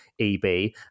EB